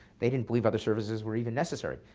they didn't't believe other services were even necessary.